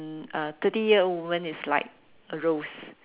um uh thirty year old woman is like a rose